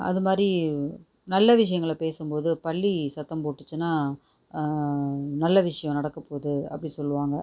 அதுமாதிரி நல்ல விஷயங்களை பேசும்போது பல்லி சத்தம் போட்டுச்சுனா நல்ல விஷயம் நடக்கபோது அப்படி சொல்லுவாங்கள்